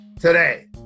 today